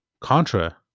Contra